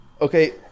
Okay